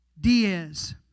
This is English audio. Diaz